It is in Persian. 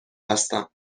هستم